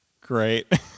great